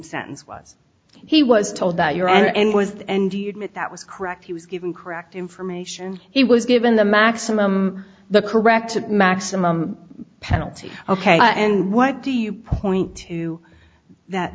sentence was he was told that your end was the end do you admit that was correct he was given correct information he was given the maximum the corrected maximum penalty ok and what do you point to that